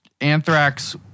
anthrax